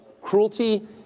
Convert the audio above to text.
Cruelty